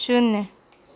शुन्य